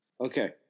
Okay